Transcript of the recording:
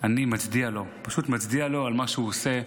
אני מצדיע לו, פשוט מצדיע לו על מה שהוא עושה,